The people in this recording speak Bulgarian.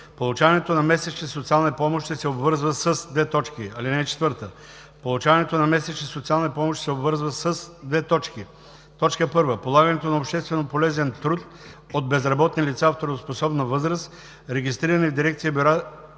Получаването на месечни социални помощи се обвързва със: 1. полагането на общественополезен труд от безработни лица в трудоспособна възраст, регистрирани в дирекция „Бюро